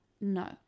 no